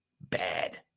Bad